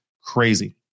crazy